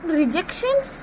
rejections